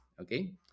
okay